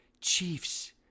Chiefs